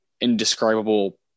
indescribable